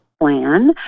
plan